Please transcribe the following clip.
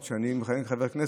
ואני מברך אותך בהצלחה בפעילותך